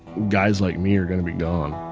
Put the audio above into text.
guys like me are going to be gone